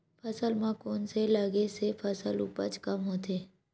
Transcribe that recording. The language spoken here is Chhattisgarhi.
फसल म कोन से लगे से फसल उपज कम होथे?